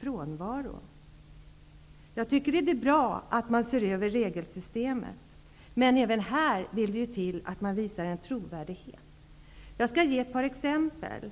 frånvaro. Det är bra att man ser över regelsystemet, men det vill till att man visar trovärdighet. Jag skall ge ett par exempel.